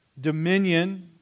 Dominion